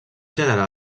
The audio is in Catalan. generar